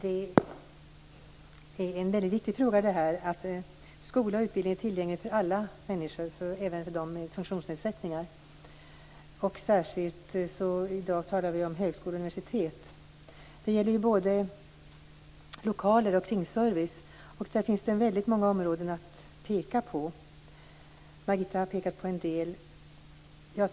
Fru talman! Det är en väldigt viktig fråga att skola och utbildning är tillgängligt för alla människor, även för dem med funktionsnedsättningar och särskilt, som vi i dag talar om, vid högskolor och universitet. Det gäller ju både lokaler och kringservice. Här finns det väldigt många områden att peka på. Margitta har pekat på en del.